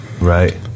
Right